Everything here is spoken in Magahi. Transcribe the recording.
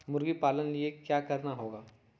मुर्गी पालन के लिए क्या करना होगा?